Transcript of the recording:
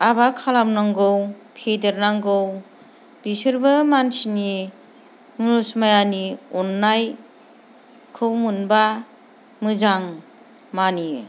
आबाद खालामनांगौ फेदेरनांगौ बिसोरबो मानसिनि मुनुस मायानि अननायखौ मोनब्ला मोजां मानियो